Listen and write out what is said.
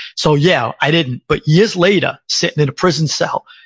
so yeah, i didn't. but years later, sitting in a prison cell,